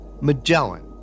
Magellan